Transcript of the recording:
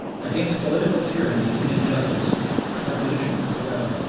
against political tyranny and injustice revolution is a weapon.